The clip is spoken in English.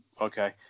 okay